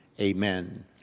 amen